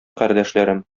кардәшләрем